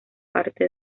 parte